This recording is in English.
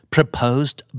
Proposed